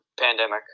pandemic